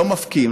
לא מפקיעים,